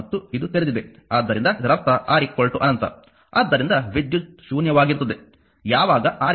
ಮತ್ತು ಇದು ತೆರೆದಿದೆ ಆದ್ದರಿಂದ ಇದರರ್ಥ R ಅನಂತ ಅಂದರೆ ವಿದ್ಯುತ್ ಶೂನ್ಯವಾಗಿರುತ್ತದೆ